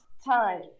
time